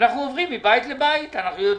אנחנו עוברים מבית לבית, אנחנו יודעים.